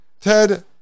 Ted